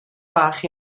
bach